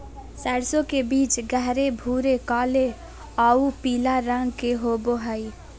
सरसों के बीज गहरे भूरे काले आऊ पीला रंग के होबो हइ